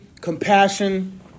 compassion